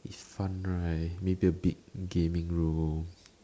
fun right make it a big gaming room